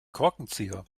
korkenzieher